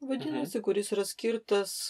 vadinasi kuris yra skirtas